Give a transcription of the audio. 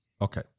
Okay